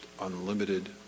unlimited